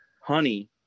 honey